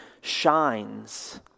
shines